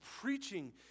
preaching